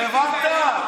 בייחוד מהקואליציה,